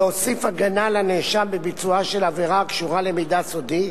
להוסיף הגנה לנאשם בביצועה של עבירה הקשורה למידע סודי,